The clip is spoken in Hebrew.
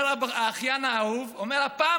אומר האחיין האהוב: הפעם,